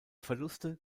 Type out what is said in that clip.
verluste